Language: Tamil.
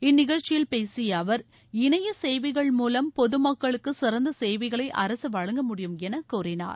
இந்நிகழ்ச்சியில் பேசிய அவர் இணைய சேவைகள் மூலம் பொதுமக்களுக்கு சிறந்த சேவைகளை அரசு வழங்க முடியும் என கூறினார்